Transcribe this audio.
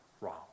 wrong